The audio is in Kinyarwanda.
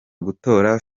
gutora